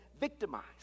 victimized